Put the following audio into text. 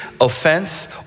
offense